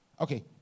Okay